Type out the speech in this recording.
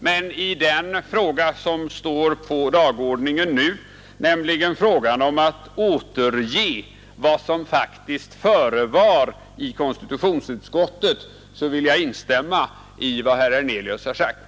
Men när det gäller det spörsmål som står på dagordningen nu, nämligen att återge vad som faktiskt förevar i konstitutionsutskottet, vill jag instämma i vad herr Hernelius sagt.